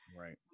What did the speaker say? Right